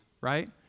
right